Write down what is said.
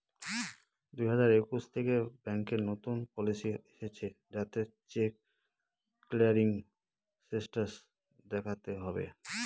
দুই হাজার একুশ থেকে ব্যাঙ্কে নতুন পলিসি এসেছে যাতে চেক ক্লিয়ারিং স্টেটাস দেখাতে হবে